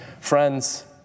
Friends